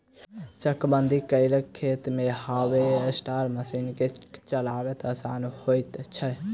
चकबंदी कयल खेत मे हार्वेस्टर मशीन के चलायब आसान होइत छै